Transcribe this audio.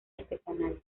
artesanales